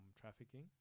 trafficking